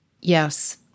Yes